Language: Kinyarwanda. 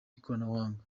ikoranabuhanga